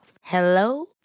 Hello